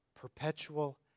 perpetual